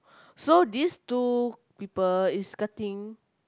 so these two people is cutting